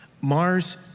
Mars